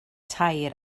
tair